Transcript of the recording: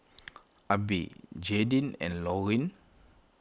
Abe Jaydin and Lorine